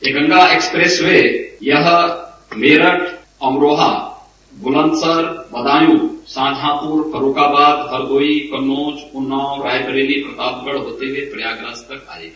यह Ganga expressway यह मेरठ अमरोहा बुलंदशहर बदायू शाहजहाँपुर फर्रुखाबाद हरदोई कन्नौज उन्नाव रायबरेली प्रतापगढ़ होते हए प्रयागराज तक आएगी